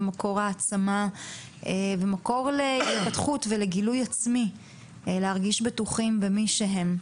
מקור העצמה ומקור להתפתחות ולגילוי עצמי כדי להרגיש בטוחים במי שהם.